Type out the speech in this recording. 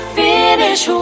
finish